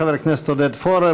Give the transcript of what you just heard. חבר הכנסת עודד פורר,